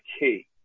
key